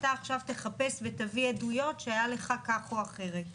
אתה עכשיו תחפש ותביא עדויות שהיה לך כך או אחרת.